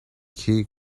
khi